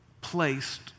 placed